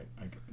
right